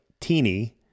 teeny